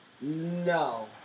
No